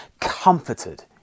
comforted